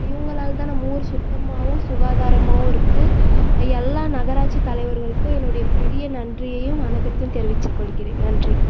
இவங்களாலதான் நம்ம ஊர் சுத்தமாகவும் சுகாதாரமாகவும் இருக்குது எல்லா நகராட்சி தலைவர்களுக்கும் என்னுடைய பெரிய நன்றியையும் வணக்கத்தையும் தெரிவிச்சுக்கொள்கிறேன் நன்றி